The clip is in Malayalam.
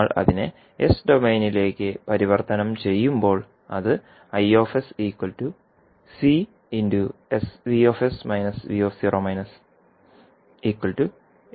നമ്മൾ അതിനെ എസ് ഡൊമെയ്നിലേക്ക് പരിവർത്തനം ചെയ്യുമ്പോൾ അത് ആയി മാറും